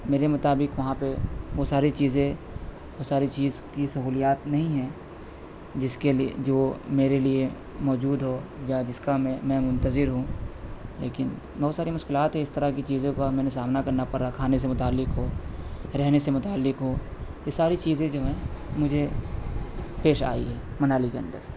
میرے مطابق وہاں پہ وہ ساری چیزیں وہ ساری چیز کی سہولیات نہیں ہیں جس کے جو میرے لیے موجود ہو یا جس کا میں میں منتظر ہوں لیکن بہت ساری مشکلات ہے اس طرح کی چیزوں کا میں نے سامنا کرنا پرا کھانے سے متعلق ہو رہنے سے متعلق ہو یہ ساری چیزیں جو ہیں مجھے پیش آئی ہے منالی کے اندر